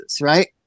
right